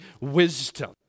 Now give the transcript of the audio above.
wisdom